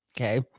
okay